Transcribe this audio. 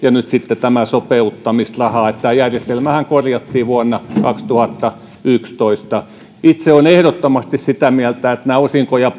ja nyt sitten tämä sopeuttamisraha tämä järjestelmähän korjattiin vuonna kaksituhattayksitoista itse olen ehdottomasti sitä mieltä että näitä osinko ja